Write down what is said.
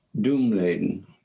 doom-laden